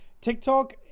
TikTok